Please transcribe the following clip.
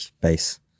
base